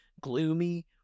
gloomy